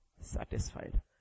satisfied